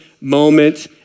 moment